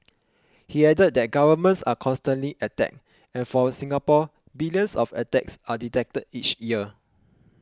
he added that governments are constantly attacked and for Singapore billions of attacks are detected each year